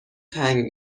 تنگ